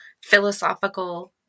philosophical